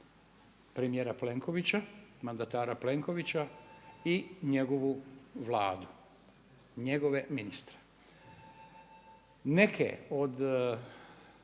premijera Plenkovića, mandatara Plenkovića i njegovu Vladu i njegove ministre. Neke od